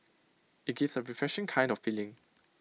IT gives A refreshing kind of feeling